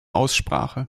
aussprache